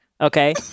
Okay